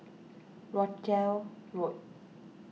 Rochdale Road